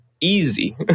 easy